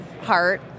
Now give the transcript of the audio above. heart